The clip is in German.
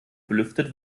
belüftet